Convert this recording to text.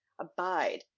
abide